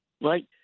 right